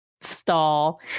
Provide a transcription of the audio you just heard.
stall